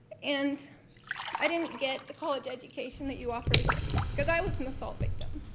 and i didn't get the college education that you offer here because i was an assault victim